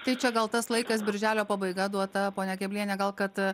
tai čia gal tas laikas birželio pabaiga duota ponia kebliene gal kad